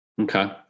Okay